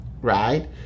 right